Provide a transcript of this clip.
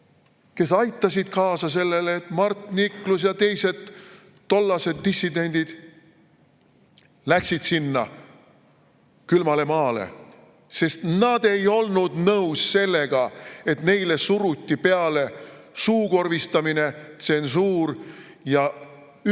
kes aitasid kaasa sellele, et Mart Niklus ja teised tollased dissidendid läksid külmale maale, sest nad ei olnud nõus sellega, et neile suruti peale suukorvistamist, tsensuuri ning